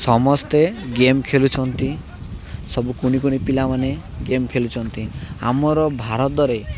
ସମସ୍ତେ ଗେମ୍ ଖେଳୁଛନ୍ତି ସବୁ କୁନି କୁନି ପିଲାମାନେ ଗେମ୍ ଖେଳୁଛନ୍ତି ଆମର ଭାରତରେ